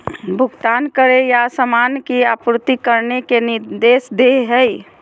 भुगतान करे या सामान की आपूर्ति करने के निर्देश दे हइ